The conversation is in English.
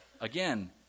again